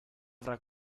avrà